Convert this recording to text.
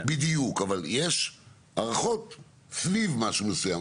אבל כן יש הערכות סביב משהו מסוים.